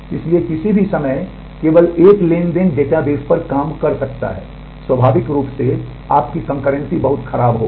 इसलिए किसी भी समय केवल एक ट्रांज़ैक्शन डेटाबेस पर काम कर सकता है स्वाभाविक रूप से आपकी कंकर्रेंसी बहुत खराब होगी